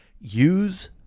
use